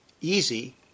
Easy